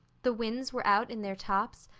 the winds were out in their tops,